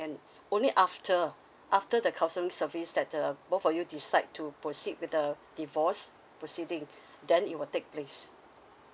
and only after after the counselling service that uh both of you decide to proceed with the divorce proceeding then it will take place